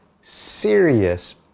serious